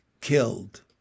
killed